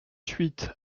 huit